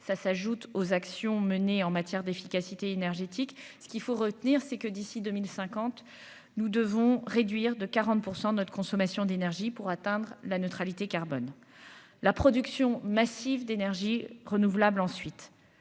ça s'ajoute aux actions menées en matière d'efficacité énergétique, ce qu'il faut retenir c'est que d'ici 2050 nous devons réduire de 40 % notre consommation d'énergie pour atteindre la neutralité carbone la production massive d'énergie renouvelable, ensuite